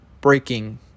breaking